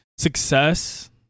Success